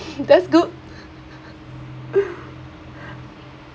that's good